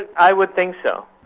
and i would think so.